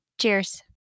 Cheers